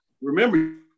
remember